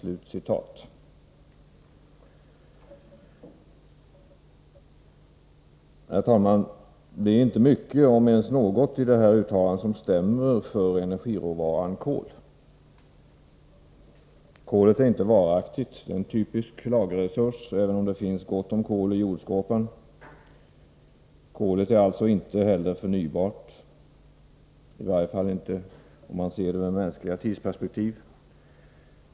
Det är inte mycket, herr talman, om ens något i det här uttalandet som stämmer när det gäller energiråvaran kol. Kolet är inte varaktigt. Det är en typisk lagerresurs, även om det finns gott om kol i jordskorpan. Kolet är alltså inte heller förnybart, i varje fall inte om man anlägger mänskliga tidsperspektiv.